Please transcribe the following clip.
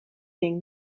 ding